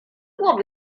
głowy